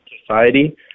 society